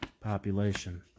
population